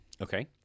Okay